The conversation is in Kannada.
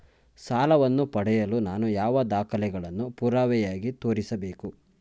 ಸಾಲವನ್ನು ಪಡೆಯಲು ನಾನು ಯಾವ ದಾಖಲೆಗಳನ್ನು ಪುರಾವೆಯಾಗಿ ತೋರಿಸಬೇಕು?